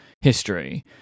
history